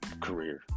Career